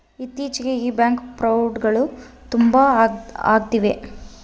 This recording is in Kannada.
ಇತ್ತೀಚಿಗೆ ಈ ಬ್ಯಾಂಕ್ ಫ್ರೌಡ್ಗಳು ತುಂಬಾ ಅಗ್ತಿದವೆ